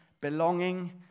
belonging